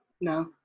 No